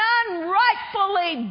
unrightfully